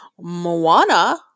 Moana